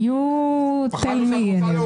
כן.